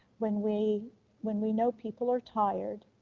when we when we know people are tired,